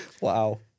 Wow